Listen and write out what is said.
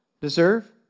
deserve